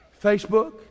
Facebook